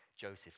Joseph